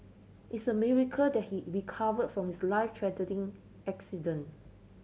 it's a miracle that he recovered from his life threatening accident